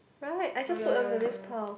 right I just put onto this pile